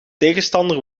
tegenstander